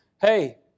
Hey